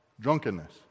Drunkenness